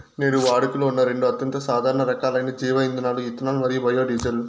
నేడు వాడుకలో ఉన్న రెండు అత్యంత సాధారణ రకాలైన జీవ ఇంధనాలు ఇథనాల్ మరియు బయోడీజిల్